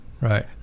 right